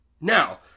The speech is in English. Now